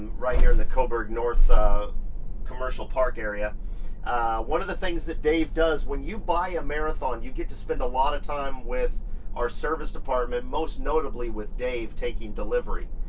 right here in the coburg north commercial park area one of the things that dave does when you buy a marathon, you get to spend a lot of time with our service department, most notably with dave taking delivery.